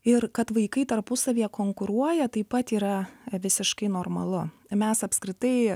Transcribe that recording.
ir kad vaikai tarpusavyje konkuruoja taip pat yra visiškai normalu mes apskritai